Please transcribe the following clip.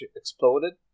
exploded